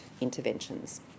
interventions